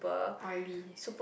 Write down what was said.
oily